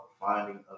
finding